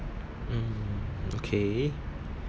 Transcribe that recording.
um okay